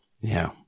Yeah